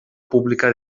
pública